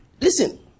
listen